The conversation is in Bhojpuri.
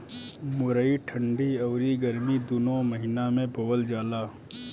मुरई ठंडी अउरी गरमी दूनो महिना में बोअल जाला